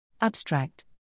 Abstract